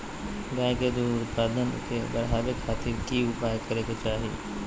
गाय में दूध उत्पादन के बढ़ावे खातिर की उपाय करें कि चाही?